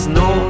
no